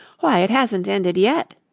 why, it hasn't ended yet,